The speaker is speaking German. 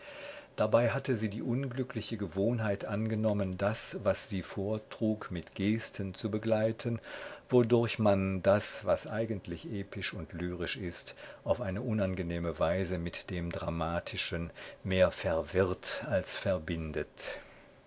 dabei hatte sie die unglückliche gewohnheit angenommen das was sie vortrug mit gesten zu begleiten wodurch man das was eigentlich episch und lyrisch ist auf eine unangenehme weise mit dem dramatischen mehr verwirrt als verbindet